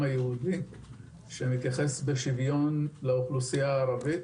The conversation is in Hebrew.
היהודי שמתייחס בשוויון לאוכלוסייה הערבית